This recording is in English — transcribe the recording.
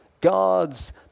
God's